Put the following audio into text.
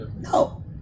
No